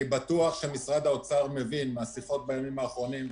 אני בטוח שמשרד האוצר מבין מהשיחות בימים האחרונים.